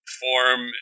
form